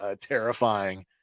terrifying